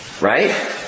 right